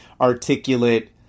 articulate